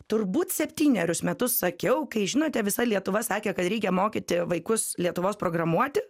turbūt septynerius metus sakiau kai žinote visa lietuva sakė kad reikia mokyti vaikus lietuvos programuoti